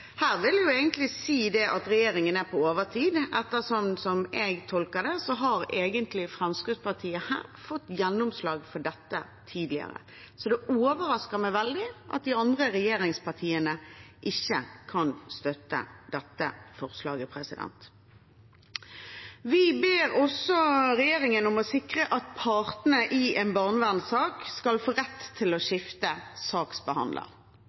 Her vil jeg si at regjeringen er på overtid, ettersom Fremskrittspartiet, slik jeg tolker det, egentlig har fått gjennomslag for dette tidligere. Det overrasker meg veldig at regjeringspartiene ikke kan støtte dette forslaget. Vi ber også regjeringen om å sikre at partene i en barnevernssak skal få rett til å